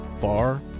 far